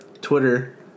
Twitter